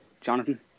Jonathan